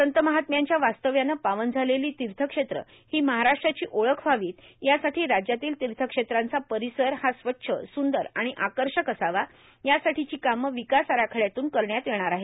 संत महात्म्यांच्या वास्तव्याने पावन झालेला तीथक्षेत्रे हा महाराष्ट्राची ओळख व्हावीत यासाठी राज्यातील तीथक्षेत्राचा र्पारसर हा स्वच्छ सुंदर आर्गण आकषक असावा यासाठीची कामं विकास आराखड्यातून करण्यात येणार आहेत